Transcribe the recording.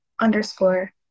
underscore